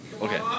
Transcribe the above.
Okay